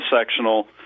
sectional